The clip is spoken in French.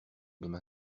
demain